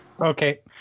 Okay